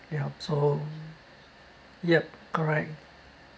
yup so yup correct